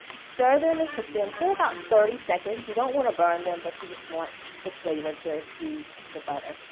stir them and cook them for about thirty seconds. you don't want to burn them. but you just want the flavor to infuse the butter.